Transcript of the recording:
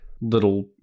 little